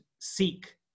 seek